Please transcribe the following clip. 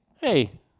Hey